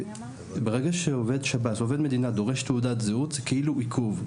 ברגע שעובד מדינה דורש תעודת זהות זה כאילו עיכוב.